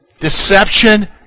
Deception